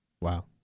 Wow